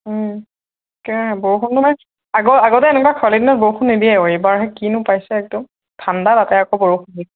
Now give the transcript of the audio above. বৰষুণটো মানে আগৰ আগতে এনেকুৱা খৰালি দিনত বৰষুণ নিদিয়ে আৰু এইবাৰ হে কিনো পাইছে একদম ঠাণ্ডা তাতে আকৌ বৰষুণ দি